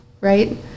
right